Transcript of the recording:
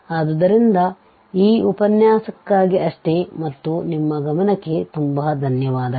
ಆದ್ದರಿಂದ ಈ ಉಪನ್ಯಾಸಕ್ಕಾಗಿ ಅಷ್ಟೆ ಮತ್ತು ನಿಮ್ಮ ಗಮನಕ್ಕೆ ತುಂಬಾ ಧನ್ಯವಾದಗಳು